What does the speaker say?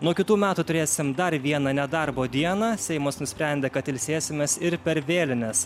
nuo kitų metų turėsim dar vieną nedarbo dieną seimas nusprendė kad ilsėsimės ir per vėlines